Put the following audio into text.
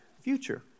future